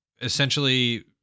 essentially